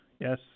Yes